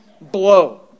blow